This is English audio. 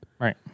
Right